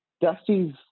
Dusty's